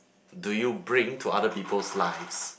do you bring to other people's lives